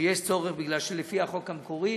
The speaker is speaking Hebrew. שיש צורך, משום שלפי החוק המקורי